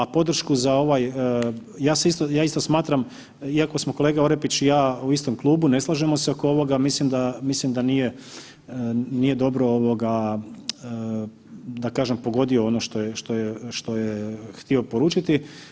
A podršku za ovaj, ja isto smatram, iako smo kolega Orepić i ja u istom klubu, ne slažemo se oko ovoga, mislim da nije dobro da kažem, pogodio ono što je htio poručiti.